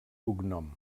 cognom